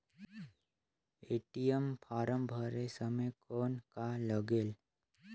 ATM form भरे समय कौन का लगेल?